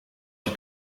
się